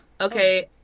Okay